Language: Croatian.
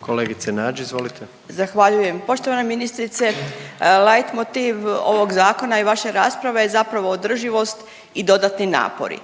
(Socijaldemokrati)** Zahvaljujem. Poštovana ministrice, lajt motiv ovog zakona i vaše rasprave je zapravo održivost i dodatni napori.